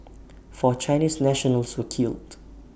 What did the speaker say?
four Chinese nationals were killed